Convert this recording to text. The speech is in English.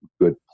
good